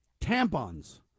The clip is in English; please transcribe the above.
tampons